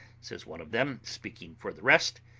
says one of them, speaking for the rest,